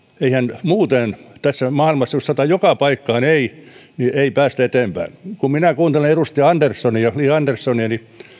eihän muuten tässä maailmassa jos sanotaan joka paikkaan ei päästä eteenpäin kun minä kuuntelen edustaja li anderssonia